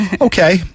Okay